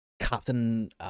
Captain